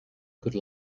could